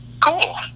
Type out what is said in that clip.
Cool